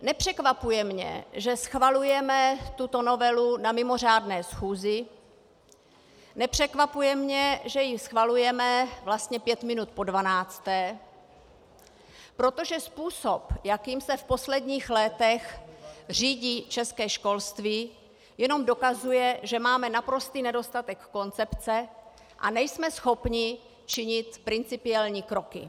Nepřekvapuje mě, že schvalujeme tuto novelu na mimořádné schůzi, nepřekvapuje mě, že ji schvalujeme vlastně pět minut po dvanácté, protože způsob, jakým se v posledních letech řídí české školství, jenom dokazuje, že máme naprostý nedostatek koncepce a nejsme schopni činit principiální kroky.